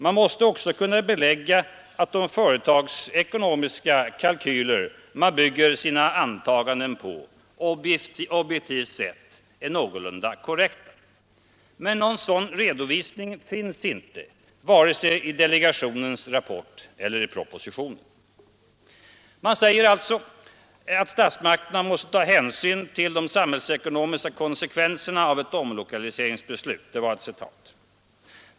Man måste också kunna belägga att de företagsekonomiska kalkyler man bygger sina antaganden på objektivt sett är någorlunda korrekta. Men någon sådan redovisning finns inte i vare sig delegationens rapport eller i propositionen. Delegationen säger att statsmakterna måste ta hänsyn till de ”samhällsekonomiska konsekvenserna av ett omlokaliseringsbeslut”.